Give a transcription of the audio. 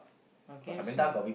okay so